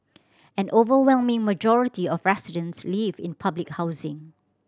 and overwhelming majority of residents live in public housing